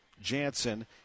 Jansen